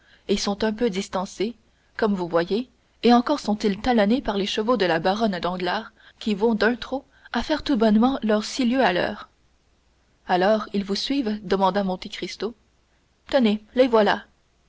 et sont un peu distancés comme vous voyez et encore sont-ils talonnés par les chevaux de la baronne danglars qui vont d'un trot à faire tout bonnement leurs six lieues à l'heure alors ils vous suivent demanda monte cristo tenez les voilà